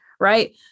Right